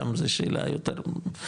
שם זה שאלה יותר בולטת,